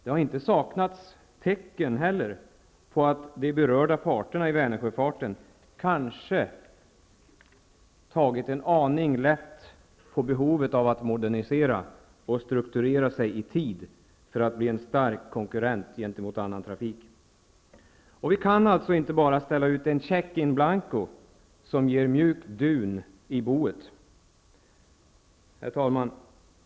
Det har inte heller saknats tecken på att de berörda parterna inom Vänersjöfarten kanske tagit en aning lätt på behovet av att modernisera och strukturera sig i tid för att bli en stark konkurrent gentemot andra trafikslag. Vi kan alltså inte bara ställa ut en check in blanco som ger mjukt dun i boet. Herr talman!